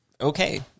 okay